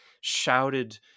shouted